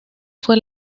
fue